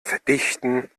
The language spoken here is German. verdichten